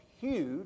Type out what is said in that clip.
huge